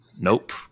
Nope